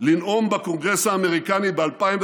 לנאום בקונגרס האמריקני ב-2015,